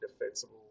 defensible